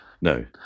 no